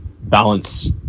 balance